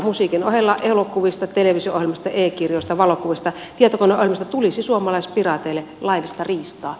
musiikin ohella elokuvista televisio ohjelmista e kirjoista valokuvista tietokoneohjelmista tulisi suomalaispiraateille laillista riistaa